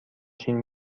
چین